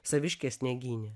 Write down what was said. saviške sniegyne